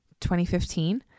2015